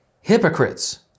hypocrites